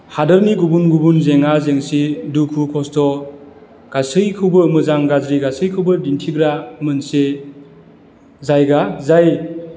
हादरनि गुबुन गुबुन जेंना जेंसि दुखु खस्थ' गासैखौबो मोजां गाज्रि गासैखौबो दिन्थिग्रा मोनसे जायगा जाय